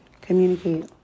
communicate